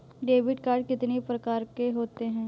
Debit card कितनी प्रकार के होते हैं?